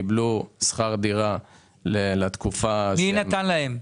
קיבלו שכר דירה לתקופה -- מי נתן להם?